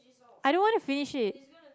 I don't want to finish it